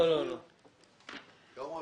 יום רביעי.